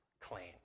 clean